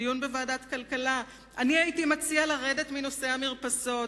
בדיון בוועדת הכלכלה: אני הייתי מציע לרדת מנושא המרפסת,